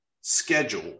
schedule